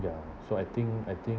ya so I think I think